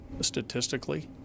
statistically